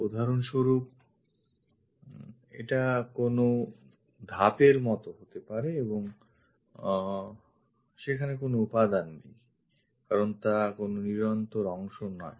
উদাহরণস্বরূপ এটা কোন ধাপের মত হতে পারে এবং সেখানে কোন উপাদান নেই কারণ তা কোন নিরন্তর অংশ নয়